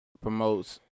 promotes